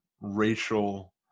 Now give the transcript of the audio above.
racial